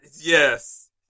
yes